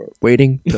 Waiting